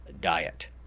diet